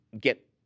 get